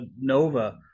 Nova